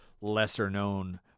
lesser-known